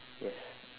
yes